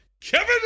Kevin